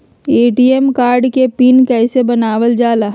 ATM card के PIN कैसे बनावल जाला?